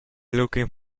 looking